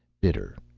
bitter,